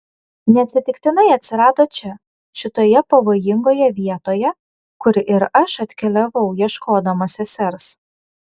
neatsitiktinai atsirado čia šitoje pavojingoje vietoje kur ir aš atkeliavau ieškodama sesers